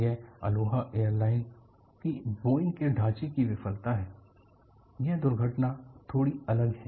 यह Aloha Airlines की Boeing की ढाचे की विफलता है और यह दुर्घटना थोड़ी अलग है